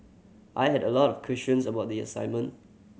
I had a lot of questions about the assignment